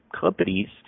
companies